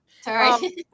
Sorry